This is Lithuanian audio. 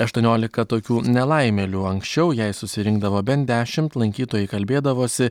aštuoniolika tokių nelaimėlių anksčiau jei susirinkdavo bent dešimt lankytojai kalbėdavosi